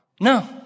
No